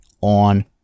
on